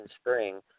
spring